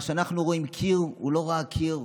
מה שאנחנו רואים קיר, הוא לא ראה קיר,